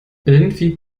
irgendwie